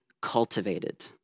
cultivated